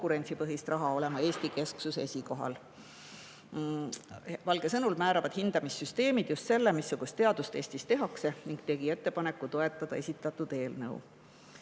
konkurentsipõhist raha, olema Eesti-kesksus esikohal. Valge sõnul määravad just hindamissüsteemid selle, missugust teadust Eestis tehakse, ning ta tegi ettepaneku toetada esitatud eelnõu.